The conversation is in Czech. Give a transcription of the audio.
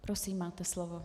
Prosím, máte slovo.